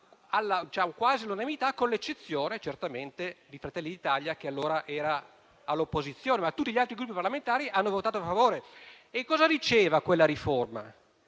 quasi all'unanimità, con l'eccezione certamente di Fratelli d'Italia, che allora era all'opposizione, ma tutti gli altri Gruppi parlamentari hanno votato a favore. Quella riforma